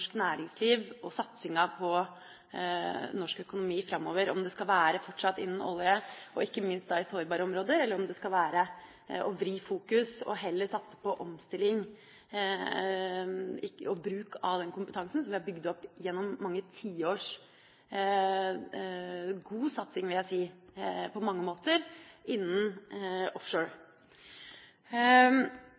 norsk næringsliv og satsinga på norsk økonomi framover, om det fortsatt skal være innen olje, og ikke minst da i sårbare områder, eller om man skal vri fokus og heller satse på omstilling og bruk av den kompetansen som vi på mange måter har bygd opp gjennom mange tiårs god satsing, vil jeg si, innen offshore.